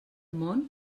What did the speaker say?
món